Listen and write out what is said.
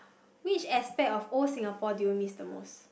which aspect of old Singapore do you miss the most